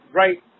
right